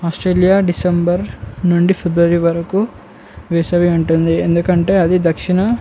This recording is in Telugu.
ఆస్ట్రేలియా డిసెంబర్ నుండి ఫిబ్రవరి వరకు వేసవి ఉంటుంది ఎందుకంటే అది దక్షిణ